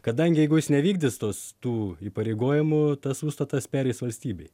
kadangi jeigu jis nevykdys tos tų įpareigojimų tas užstatas pereis valstybei